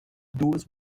duas